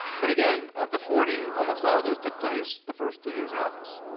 but again, of the forty, almost all those took place the first two years in office.